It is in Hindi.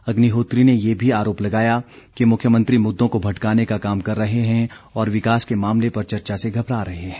अग्निहोत्री ने ये भी आरोप लगाया कि मुख्यमंत्री मुद्दों को भटकाने का काम कर रहे हैं और विकास के मामले पर चर्चा से घबरा रहे हैं